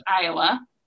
Iowa